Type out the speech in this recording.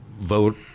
vote